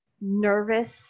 nervous